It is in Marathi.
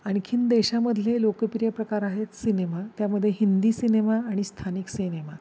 आणखी देशामधले लोकप्रिय प्रकार आहेत सिनेमा त्यामध्ये हिंदी सिनेमा आणि स्थानिक सिनेमा